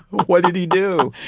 what did he do?